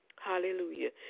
Hallelujah